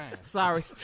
Sorry